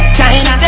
China